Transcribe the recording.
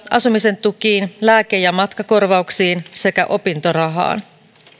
asumisen tukiin lääke ja matkakorvauksiin sekä opintorahaan